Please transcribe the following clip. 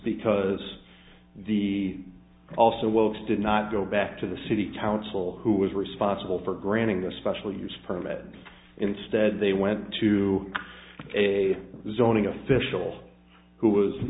because the also works did not go back to the city council who was responsible for granting the special use permit instead they went to a zoning official who was